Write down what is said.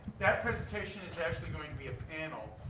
that presentation is actually going to be a panel.